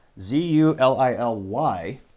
Z-U-L-I-L-Y